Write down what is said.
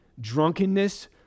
drunkenness